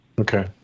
Okay